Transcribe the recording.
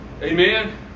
Amen